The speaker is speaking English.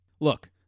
Look